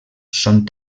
són